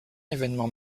événement